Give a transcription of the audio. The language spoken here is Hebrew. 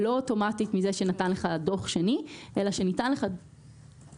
לא אוטומטית מזה שנתן לך דוח שני אלא שניתן לך דוח